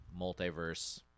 multiverse